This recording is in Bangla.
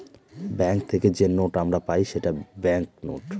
ব্যাঙ্ক থেকে যে নোট আমরা পাই সেটা ব্যাঙ্ক নোট